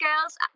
girls